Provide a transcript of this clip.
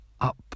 Up